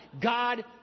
God